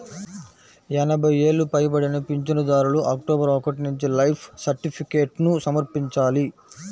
ఎనభై ఏళ్లు పైబడిన పింఛనుదారులు అక్టోబరు ఒకటి నుంచి లైఫ్ సర్టిఫికేట్ను సమర్పించాలి